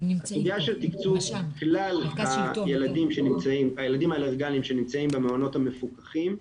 הסוגיה של תקצוב כלל הילדים האלרגנים שנמצאים במעונות המפוקחים,